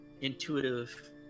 intuitive